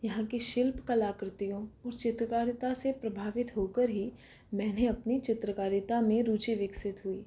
यहाँ की शिल्प कलाकृतियों और चित्रकारिता से प्रभावित होकर ही मैंने अपनी चित्रकारिता में रूचि विकसित हुई